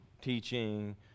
teaching